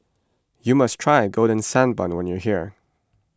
you must try Golden Sand Bun when you are here